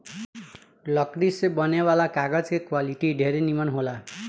लकड़ी से बने वाला कागज के क्वालिटी ढेरे निमन होला